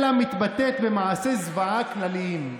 אלא מתבטאת במעשי זוועה כלליים".